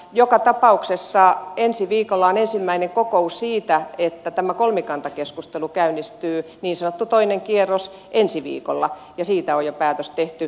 joka tapauksessa ensi viikolla on ensimmäinen kokous siitä että tämä kolmikantakeskustelu käynnistyy niin sanottu toinen kierros ensi viikolla ja siitä on jo päätös tehty